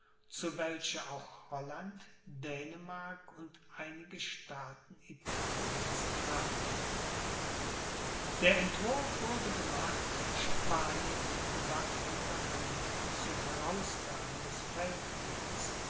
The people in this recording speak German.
zu welcher auch holland dänemark und einige staaten italiens traten der entwurf wurde gemacht spanien mit gewaffneter hand zur herausgabe des